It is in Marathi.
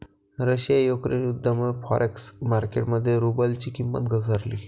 रशिया युक्रेन युद्धामुळे फॉरेक्स मार्केट मध्ये रुबलची किंमत घसरली